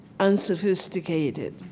Unsophisticated